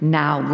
now